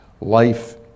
life